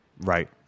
Right